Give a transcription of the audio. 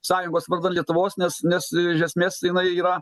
sąjungos vardan lietuvos nes nes iš esmės jinai yra